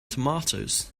tomatoes